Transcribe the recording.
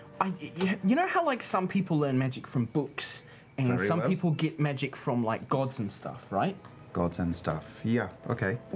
you know how like some people learn magic from books and and some people get magic from like gods and stuff, right? liam gods and stuff, ja, okay.